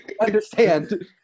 Understand